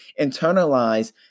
internalize